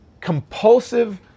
compulsive